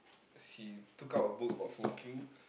he took out a book about smoking